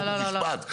חוק ומשפט,